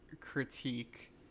critique